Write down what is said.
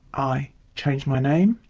i changed my name,